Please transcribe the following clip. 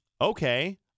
Okay